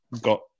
got